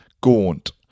gaunt